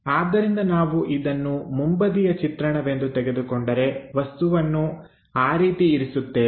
ಆದ್ದರಿಂದ ನಾವು ಇದನ್ನು ಮುಂಬದಿಯ ಚಿತ್ರಣವೆಂದು ತೆಗೆದುಕೊಂಡರೆ ವಸ್ತುವನ್ನು ಆ ರೀತಿ ಇರಿಸುತ್ತೇವೆ